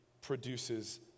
produces